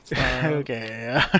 okay